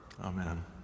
Amen